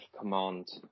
command